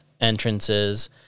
entrances